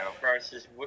Versus